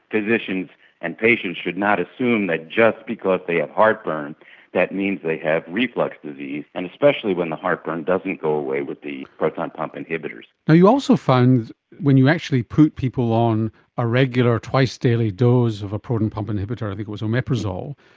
physicians and patients should not assume that just because they have heartburn that means they have reflux disease, and especially when the heartburn doesn't go away with the proton pump inhibitors. you also found when you actually put people on a regular twice-daily dose of a proton pump inhibitor, i think it was omeprazole,